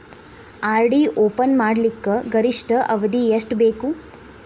RD open ಮಾಡಲಿಕ್ಕ ಗರಿಷ್ಠ ಅವಧಿ ಎಷ್ಟ ಬೇಕು?